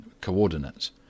coordinates